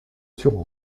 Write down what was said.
sur